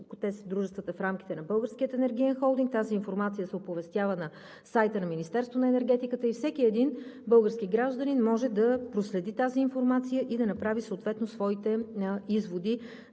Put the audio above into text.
в рамките на Българския енергиен холдинг, тази информация се оповестява на сайта на Министерството на енергетиката и всеки един български гражданин може да проследи тази информация и да направи съответно своите изводи